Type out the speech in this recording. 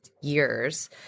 years